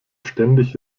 ständig